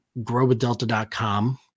growwithdelta.com